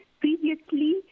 Previously